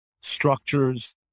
structures